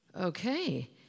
okay